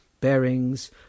Bearings